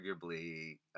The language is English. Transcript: arguably